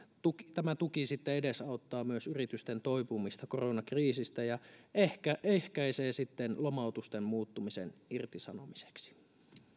tämä tuki sitten edesauttaa myös yritysten toipumista koronakriisistä ja ehkä ehkäisee sitten lomautusten muuttumisen irtisanomisiksi